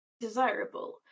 desirable